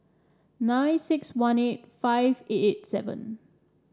nine six one eight five eight eight seven